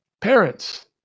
parents